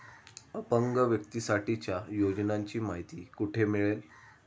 अपंग व्यक्तीसाठीच्या योजनांची माहिती कुठे मिळेल?